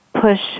push